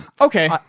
Okay